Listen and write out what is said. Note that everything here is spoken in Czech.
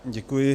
Děkuji.